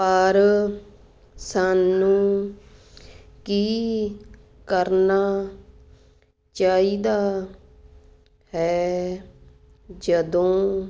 ਪਰ ਸਾਨੂੰ ਕੀ ਕਰਨਾ ਚਾਹੀਦਾ ਹੈ ਜਦੋਂ